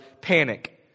panic